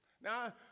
Now